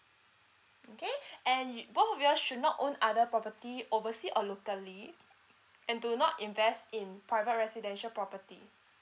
okay and you both of your should not own other property oversea or locally and do not invest in private residential property